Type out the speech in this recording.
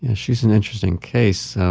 and she's an interesting case.